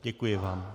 Děkuji vám.